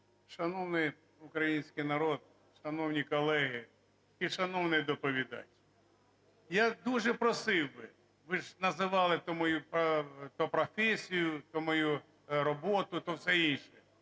Шановний український народ, шановні колеги і шановний доповідач, я дуже просив би, ви ж називали, то мою… то професію, то мою роботу, то все інше.